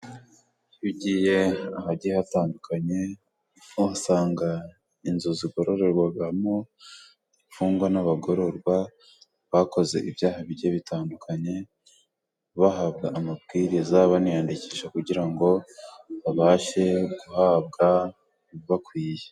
Iyo ugiye ahagiye hatandukanye uhasanga inzu zigororerwamo imfungwa n'abagororwa bakoze ibyaha bike bitandukanye bahabwa baniyandikisha kugira ngo babashe guhabwa ibibakw niwiye me